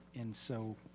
and so